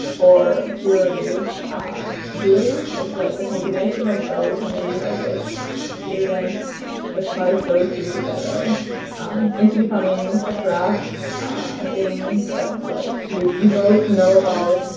or purely doing, it's like the combination of both, and maybe like the experience that ties those two together into becoming a craft, a thing, that, like, you both know about